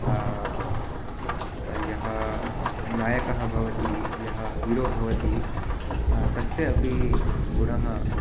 यः नायकः भवति यः हीरो भवति तस्य अपि गुणः